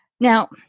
Now